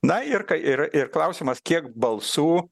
na ir kai ir ir klausimas kiek balsų